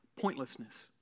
Pointlessness